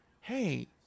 hey